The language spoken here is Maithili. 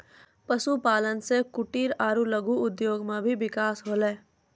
पशुपालन से कुटिर आरु लघु उद्योग मे भी बिकास होलै